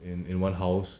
in one house